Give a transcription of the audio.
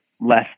less